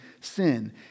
sin